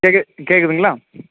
கேட்கு கேட்குதுங்களா